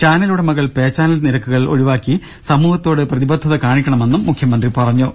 ചാനലുടമകൾ pay channel നിരക്കുകൾ ഒഴിവാക്കി സമൂഹത്തോട് പ്രതിബദ്ധത കാണിക്കണമെന്നും മുഖ്യമന്ത്രി പറഞ്ഞു